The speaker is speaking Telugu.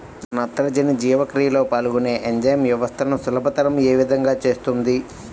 నత్రజని జీవక్రియలో పాల్గొనే ఎంజైమ్ వ్యవస్థలను సులభతరం ఏ విధముగా చేస్తుంది?